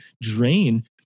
drain